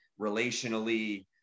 relationally